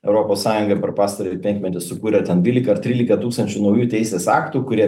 europos sąjunga per pastarąjį penkmetį sukūrė ten dvylika ar trylika tūkstančių naujų teisės aktų kurie